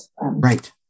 Right